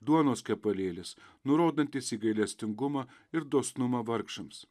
duonos kepalėlis nurodantis į gailestingumą ir dosnumą vargšams